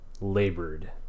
labored